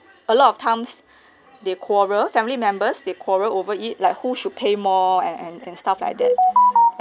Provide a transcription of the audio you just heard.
a lot of times they quarrel family members they quarrel over it like who should pay more and and and stuff like that